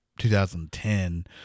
2010